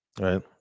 right